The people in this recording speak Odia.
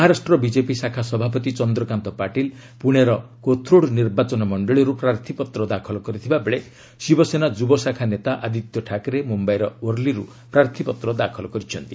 ମହାରାଷ୍ଟ୍ର ବିଜେପି ଶାଖା ସଭାପତି ଚନ୍ଦ୍ରକାନ୍ତ ପାଟିଲ୍ ପୁଣେର କୋଥ୍ରଡ୍ ନିର୍ବାଚନ ମଣ୍ଡଳୀରୁ ପ୍ରାର୍ଥୀପତ୍ର ଦାଖଲ କରିଥିବା ବେଳେ ଶିବସେନା ଯୁବଶାଖା ନେତା ଆଦିତ୍ୟ ଠାକରେ ମ୍ରମ୍ୟାଇର ୱର୍ଲୀର୍ ପ୍ରାର୍ଥୀପତ୍ର ଦାଖଲ କରିଛନ୍ତି